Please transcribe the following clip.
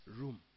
room